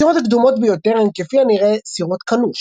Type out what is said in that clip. הסירות הקדומות ביותר הן כפי הנראה סירות קאנו,